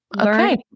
okay